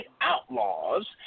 outlaws